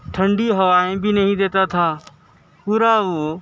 ٹھنڈی ہوائیں بھی نہیں دیتا تھا پورا وہ